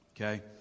okay